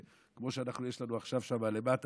כמו שעכשיו יש שם למטה,